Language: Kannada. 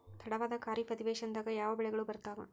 ತಡವಾದ ಖಾರೇಫ್ ಅಧಿವೇಶನದಾಗ ಯಾವ ಬೆಳೆಗಳು ಬರ್ತಾವೆ?